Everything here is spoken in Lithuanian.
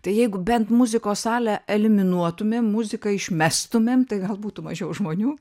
tai jeigu bent muzikos salę eliminuotumėm muziką išmestumėm tai gal būtų mažiau žmonių